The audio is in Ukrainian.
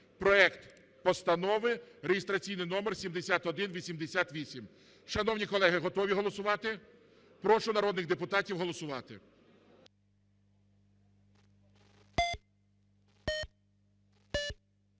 (проект Постанови реєстраційний номер 7188). Шановні колеги, готові голосувати? Прошу народних депутатів голосувати.